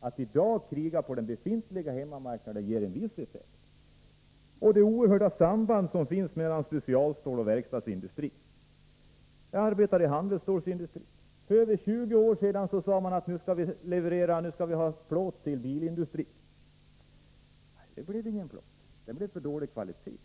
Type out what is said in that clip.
Att i dag kriga på den befintliga hemmamarknaden ger en viss effekt. Man bör också tänka på det oerhört starka samband som finns mellan specialstålsoch verkstadsindustrin. Jag arbetar i handelsstålsindustrin. För över 20 år sedan sade man att nu skall vi ha plåt till bilindustrin. Det blev ingen plåt — det blev för dålig kvalitet.